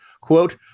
quote